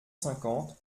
cinquante